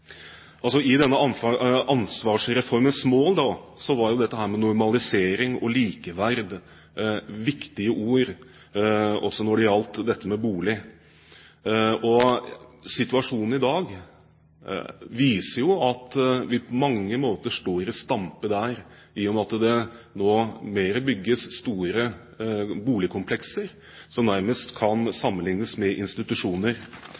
I ansvarsreformens mål var normalisering og likeverd viktige ord også når det gjaldt boliger. Situasjonen i dag viser jo at man på mange måter står i stampe der, i og med at det nå bygges store boligkomplekser som nærmest kan